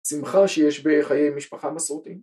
‫שמחה שיש בחיי משפחה מסורתית